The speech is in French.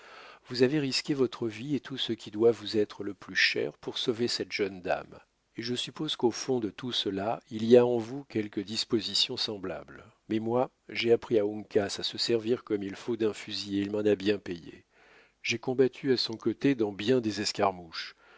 vous avez risqué votre vie et tout ce qui doit vous être le plus cher pour sauver cette jeune dame et je suppose qu'au fond de tout cela il y a en vous quelque disposition semblable mais moi j'ai appris à uncas à se servir comme il faut d'un fusil et il m'en a bien payé j'ai combattu à son côté dans bien des